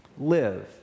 Live